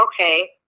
okay